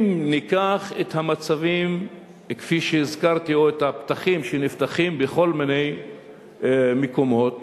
אם ניקח את המצבים כפי שהזכרתי או את הפתחים שנפתחים בכל מיני מקומות